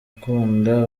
gukunda